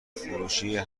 فروشیه